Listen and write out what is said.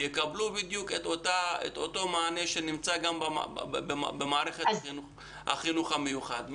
יקבלו בדיוק את אותו מענה שנמצא במערכת החינוך המיוחד.